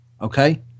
Okay